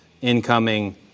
incoming